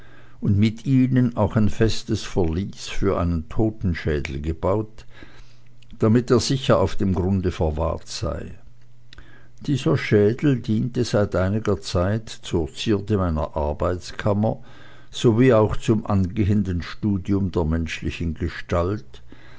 und mit ihnen auch ein festes verlies für einen totenschädel gebaut damit er sicher auf dem grunde verwahrt sei dieser schädel diente seit einiger zeit zur zierde meiner arbeitskammer sowie auch zum angehenden studium der menschlichen gestalt